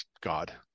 God